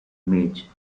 mage